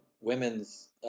women's